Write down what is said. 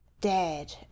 dead